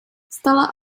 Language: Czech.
vstala